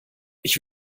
ich